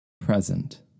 Present